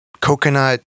coconut